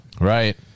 right